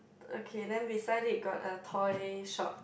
okay then beside it got a toy shop